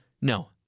No